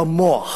במוח,